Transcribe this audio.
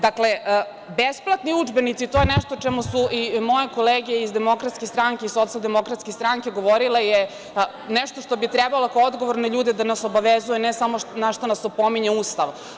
Dakle, besplatni udžbenici, to je nešto o čemu su i moje kolege iz DS i SDS govorile je nešto što bi trebalo kao odgovorne ljude da nas obavezuje, ne samo na šta nas opominje Ustav.